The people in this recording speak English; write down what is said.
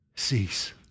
cease